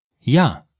Ja